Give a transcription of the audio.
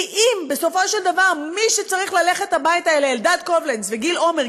כי אם בסופו של דבר מי שצריך ללכת הביתה אלה אלדד קובלנץ וגיל עומר,